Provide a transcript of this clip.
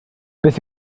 beth